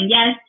Yes